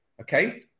Okay